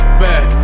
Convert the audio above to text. back